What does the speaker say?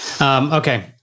Okay